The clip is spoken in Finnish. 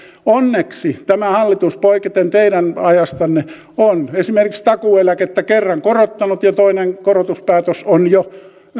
onneksi tämä hallitus poiketen teidän ajastanne on esimerkiksi takuueläkettä kerran korottanut ja toinen korotuspäätös on jo